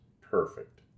perfect